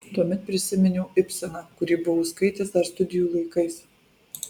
tuomet prisiminiau ibseną kurį buvau skaitęs dar studijų laikais